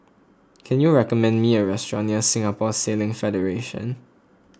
can you recommend me a restaurant near Singapore Sailing Federation